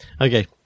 Okay